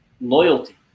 loyalty